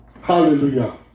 Hallelujah